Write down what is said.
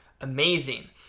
amazing